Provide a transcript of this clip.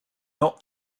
not